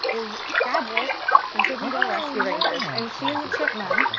is gadget from chip n dale rescue rangers. and she is a chipmunk.